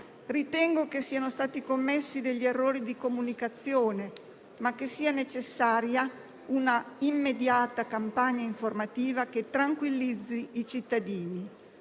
ritengo siano stati commessi degli errori di comunicazione, ma che sia necessaria una immediata campagna informativa che tranquillizzi i cittadini.